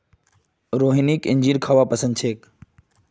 रोहिणीक अंजीर खाबा पसंद छेक